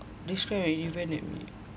describe an event that made